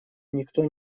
никто